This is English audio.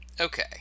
Okay